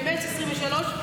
למרץ 2023,